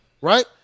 right